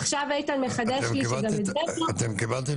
עכשיו איתן מחדש לי --- אתם קיבלתם